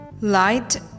Light